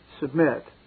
submit